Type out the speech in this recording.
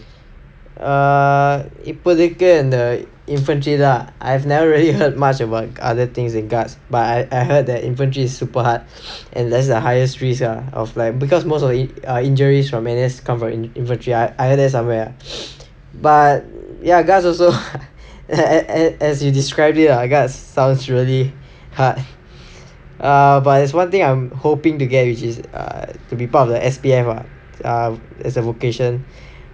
err இப்போதைக்கு antha:ippothaikku antha infantry ah I have never really heard much about other things like guards but I I heard that infantry is super hard and that's the highest risk sia of like because most of the injuries comes from infantry another somewhere but ya guards also ah as you describe it lah I guards sounds really hard uh but there's one thing I'm hoping to get which is err to be part of the S_P_F ah as a vocation